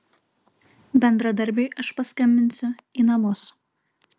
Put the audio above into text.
bendradarbiui aš paskambinsiu į namus